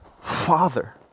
Father